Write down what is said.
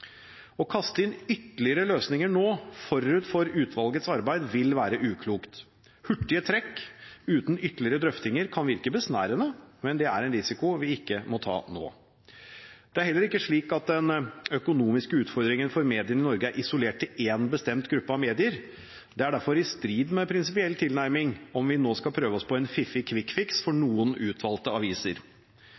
Å kaste inn ytterligere løsninger nå, forut for utvalgets arbeid, vil være uklokt. Hurtige trekk uten ytterligere drøftinger kan virke besnærende, men det er en risiko vi ikke må ta nå. Det er heller ikke slik at den økonomiske utfordringen for mediene i Norge er isolert til en bestemt gruppe av medier. Det er derfor i strid med en prinsipiell tilnærming om vi nå skal prøve oss på en fiffig «quick-fix» for noen utvalgte aviser.